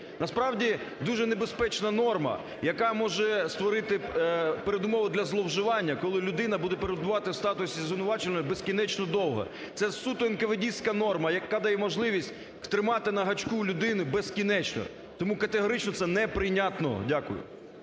Насправді, дуже небезпечна норма, яка може створити передумови для зловживання, коли людина буде перебувати в статусі звинувачуваного безкінечно довго, це суто НКВДістська норма, яка дає можливість тримати на гачку людину безкінечно. Тому категорично це неприйнятно. Дякую.